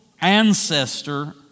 ancestor